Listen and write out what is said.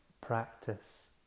practice